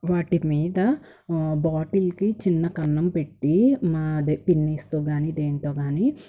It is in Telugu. వాటిమీద బాటిల్కి చిన్న కన్నం పెట్టి మా అదే పిన్నీసుతో కానీ దేంతో కానీ